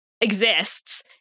exists